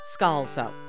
Scalzo